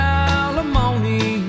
alimony